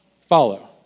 Follow